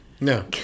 no